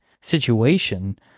situation